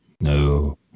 No